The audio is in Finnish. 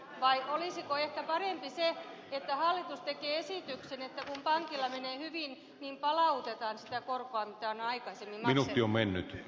vai olisiko ehkä parempi että hallitus tekee esityksen että kun pankilla menee hyvin niin palautetaan sitä korkoa mitä on aikaisemmin maksettu